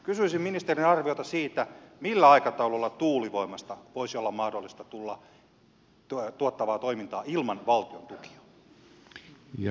kysyisin ministerin arviota siitä millä aikataululla tuulivoimasta voisi olla mahdollista tulla tuottavaa toimintaa ilman valtion tukia